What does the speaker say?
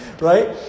Right